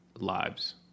Lives